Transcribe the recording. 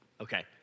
Okay